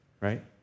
right